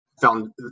found